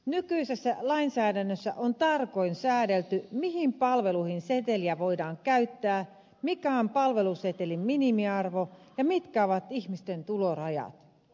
nykyisessä lainsäädännössä on tarkoin säädelty mihin palveluihin seteliä voidaan käyttää mikä on palvelusetelin minimiarvo ja mitkä ovat ihmisten tulorajat